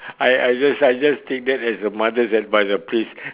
I I just I just take that as a mother's advice ah please